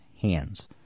hands